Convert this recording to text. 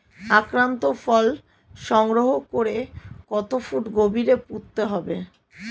আক্রান্ত ফল সংগ্রহ করে কত ফুট গভীরে পুঁততে হবে?